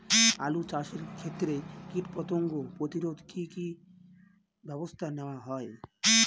আলু চাষের ক্ষত্রে কীটপতঙ্গ প্রতিরোধে কি কী ব্যবস্থা নেওয়া হয়?